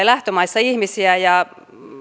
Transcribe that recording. lähtömaissa ihmisiä